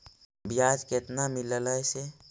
बियाज केतना मिललय से?